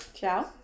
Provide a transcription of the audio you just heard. Ciao